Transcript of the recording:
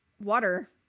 water